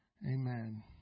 Amen